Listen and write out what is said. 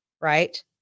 right